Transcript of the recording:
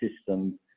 system